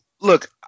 look